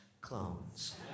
clones